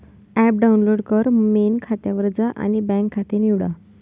app download कर, main खात्यावर जा आणि बँक खाते निवडा